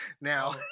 now